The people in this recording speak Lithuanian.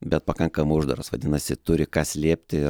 bet pakankamai uždaras vadinasi turi ką slėpti